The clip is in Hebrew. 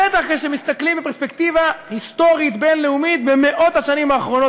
בטח כשמסתכלים בפרספקטיבה היסטורית בין-לאומית במאות השנים האחרונות,